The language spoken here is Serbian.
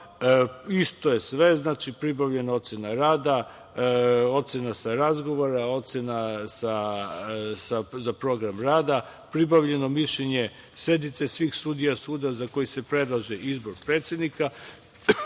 je sve, znači pribavljena je ocena rada, ocena sa razgovora, ocena za program rada, pribavljeno mišljenje sednice svih sudija suda za koji se predlaže izbor predsednika